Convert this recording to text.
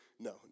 No